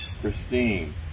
Christine